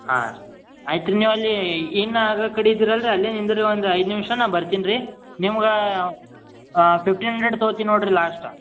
ಹಾಂ ಐತ್ರಿ ನೀವು ಅಲ್ಲಿ ಇನ್ನ ಆಗ ಕಡಿ ಇದ್ದೀರಲ್ಲ ಅಲ್ಲೇ ನಿಂದಿರ್ರಿ ಒಂದು ಐದು ನಿಮಿಷ ನಾ ಬರ್ತೀನಿ ರೀ ನಿಮ್ಗ ಫಿಫ್ಟೀನ್ ಹಂಡ್ರೆಡ್ ತಗೋತೀನಿ ನೋಡ್ರಿ ಲಾಸ್ಟ್